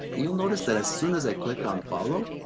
you'll notice that as soon as i click on follow,